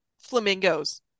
flamingos